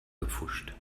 gepfuscht